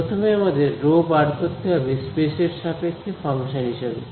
প্রথমে আমাদের রো বার করতে হবে স্পেস এর সাপেক্ষে ফাংশন হিসাবে